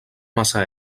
massa